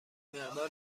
مقدار